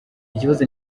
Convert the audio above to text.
ikibazo